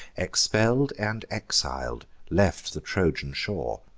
expell'd and exil'd, left the trojan shore.